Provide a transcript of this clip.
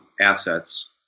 assets